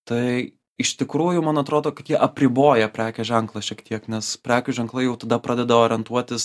tai iš tikrųjų man atrodo kad jie apriboja prekės ženklą šiek tiek nes prekių ženklai jau tada pradeda orientuotis